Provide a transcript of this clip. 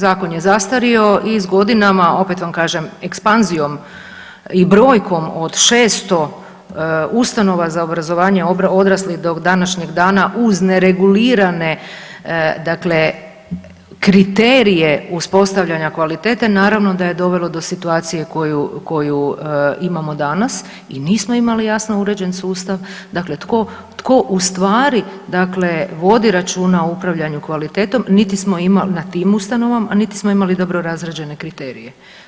Zakon je zastario i s godinama opet vam kažem ekspanzijom i brojkom od 600 ustanova za obrazovanje odraslih do današnjeg dana uz neregulirane dakle kriterije uspostavljanja kvalitete naravno da je dovelo do situacije koju imamo danas i nismo imali jasno uređen sustav dakle tko ustvari vodi računa o upravljanju kvalitetom, niti smo imali nad tim ustanovama, a niti smo imali dobro razrađene kriterije.